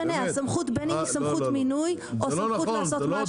בין אם זה סמכות מינוי או סמכות לעשות משהו אחר.